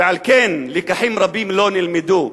ועל כן, לקחים רבים לא נלמדו.